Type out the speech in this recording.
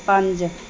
ਪੰਜ